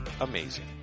amazing